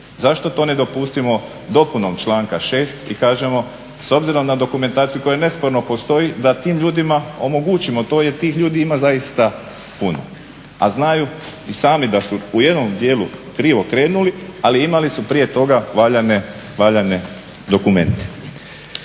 Zašto to ne dopustimo dopunom članka 6. i kažemo s obzirom na dokumentaciju koja nesporno postoji da tim ljudima omogućimo to jer tih ljudi ima zaista puno, a znaju i sami da su u jednom dijelu krivog krenuli ali imali su prije toga valjanje dokumente.